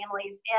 families